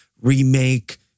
remake